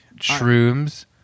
shrooms